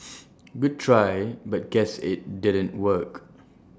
good try but guess IT didn't work